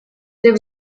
there